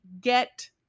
get